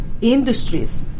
industries